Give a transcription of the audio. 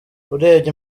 urebye